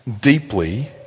deeply